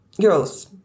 girls